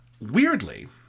Weirdly